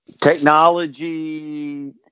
Technology